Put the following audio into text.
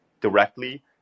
directly